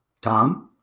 tom